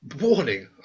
Warning